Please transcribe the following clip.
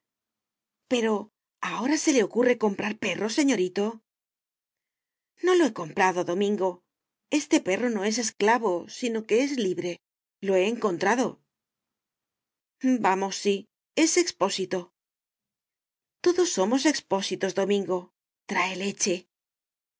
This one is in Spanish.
pero ahora se le ocurre comprar perro señorito no lo he comprado domingo este perro no es esclavo sino que es libre lo he encontrado vamos sí es expósito todos somos expósitos domingo trae leche le